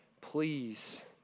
please